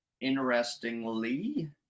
Interestingly